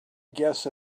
guess